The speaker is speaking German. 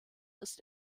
ist